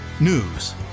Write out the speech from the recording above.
news